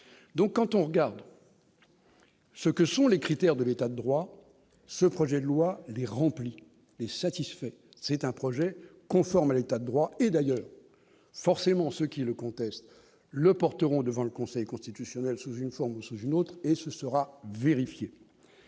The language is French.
donc quand on regarde ce que sont les critères de l'État de droit, ce projet de loi les remplit et satisfait, c'est un projet conforme à l'état droit et d'ailleurs forcément ceux qui le contestent le porteront devant le Conseil constitutionnel, sous une forme ou sous une autre, et ce sera vérifié